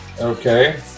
Okay